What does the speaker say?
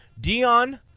Dion